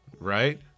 right